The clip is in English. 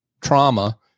trauma